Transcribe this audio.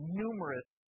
numerous